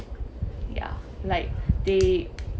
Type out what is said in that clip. ya like they